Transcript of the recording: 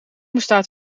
bestaat